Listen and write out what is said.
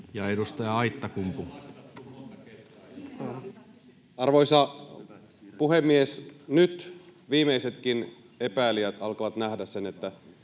Time: 16:10 Content: Arvoisa puhemies! Nyt viimeisetkin epäilijät alkavat nähdä sen, miten